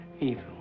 evil